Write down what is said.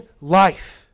life